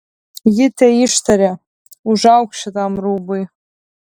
ji teištarė užauk šitam rūbui